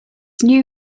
new